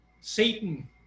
Satan